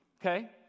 okay